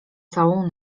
całą